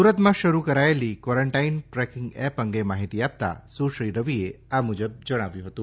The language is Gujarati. સુરતમાં શરૂ કરાયેલી ક્વોરોન્ટાઇન ટ્રેકીંગ એપ અંગે માહિતી આપતા સુશ્રી રવિ આ મુજબ જણાવ્યું હતું